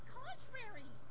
contrary